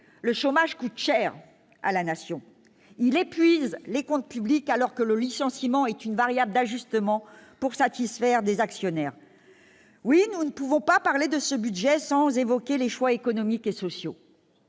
le chômage coûte cher à la nation, il épuise les comptes publics, alors que le licenciement est une variable d'ajustement pour satisfaire des actionnaires, oui, nous ne pouvons pas parler de ce budget, sans évoquer les choix économiques et sociaux,